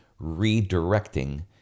redirecting